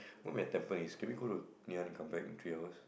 but we are at Tampines can we go to Ngee-Ann and come back in three hours